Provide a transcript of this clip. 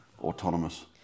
autonomous